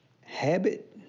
habit